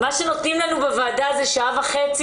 מה שנותנים לנו בוועדה זה שעה וחצי,